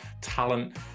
talent